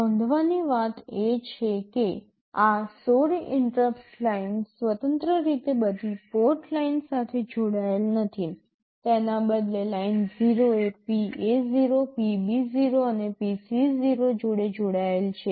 નોંધવાની વાત એ છે કે આ 16 ઇન્ટરપ્ટ લાઇન્સ સ્વતંત્ર રીતે બધી પોર્ટ લાઇન્સ સાથે જોડાયેલ નથી તેના બદલે લાઇન0 એ PA0 PB0 અને PC0 જોડે જોડાયેલ છે